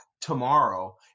tomorrow